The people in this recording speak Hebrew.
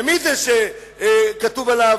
ומי זה שכתוב עליו: